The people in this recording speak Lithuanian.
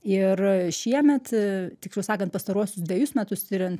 ir šiemet tiksliau sakant pastaruosius dvejus metus tiriant